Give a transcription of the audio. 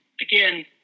again